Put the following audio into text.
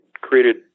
created